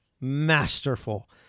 masterful